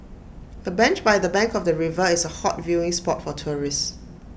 the bench by the bank of the river is A hot viewing spot for tourists